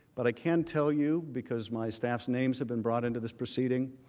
but i can tell you, because my steps names have been brought into this proceeding,